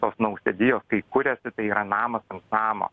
tos nausėdijos kai kurias tai yra namas namo